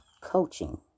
coaching